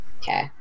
Okay